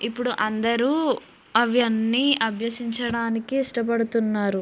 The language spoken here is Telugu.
ఇప్పుడు అందరూ అవన్నీ అభ్యసించడానికే ఇష్టపడుతున్నారు